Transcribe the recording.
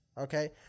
Okay